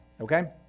okay